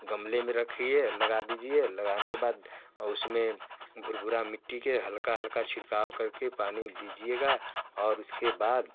गमले में रखिए लगा दिजिए लगाने के बाद और उस में भुरभुरी मिट्टी का हल्का हल्का छिड़काव कर के पानी दिजिएगा और उसके बाद